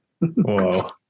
Whoa